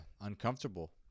uncomfortable